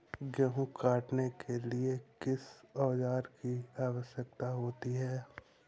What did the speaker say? गेहूँ काटने के लिए किस औजार की आवश्यकता होती है?